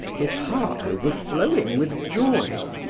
his heart overflowing with joy.